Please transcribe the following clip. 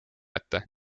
ette